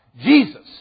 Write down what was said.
Jesus